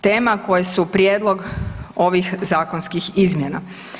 Tema koje su prijedlog ovih zakonskih izmjena.